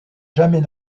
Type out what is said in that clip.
jamais